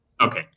Okay